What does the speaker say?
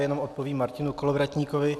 Jenom odpovím Martinu Kolovratníkovi.